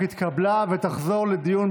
התשפ"ב 2022,